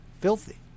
Filthy